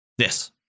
Yes